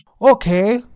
Okay